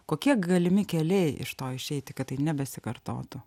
kokie galimi keliai iš to išeiti kad tai nebesikartotų